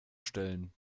stellen